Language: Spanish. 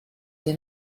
que